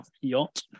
yacht